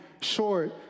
short